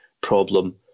problem